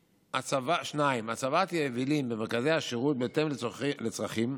2. הצבת יבילים במרכזי השירות בהתאם לצרכים,